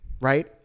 right